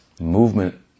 Movement